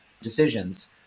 decisions